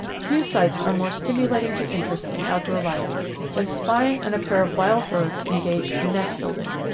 few sights are more stimulating to interest in outdoor life than spying on a pair of wild birds engaged in nest building.